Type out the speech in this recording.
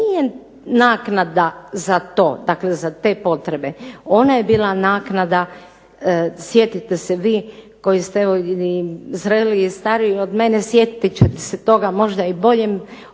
nije naknada za to, za te potrebe. Ona je bila naknada sjetite se vi koji ste zreliji i stariji od mene, sjetit ćete se toga možda i bolje od